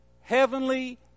heavenly